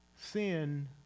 Sin